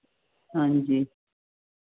ਹਾਂਜੀ